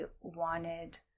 wanted